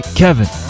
kevin